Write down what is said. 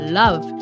love